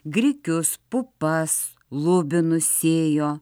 grikius pupas lubinus sėjo